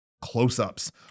close-ups